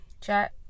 Chat